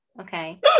okay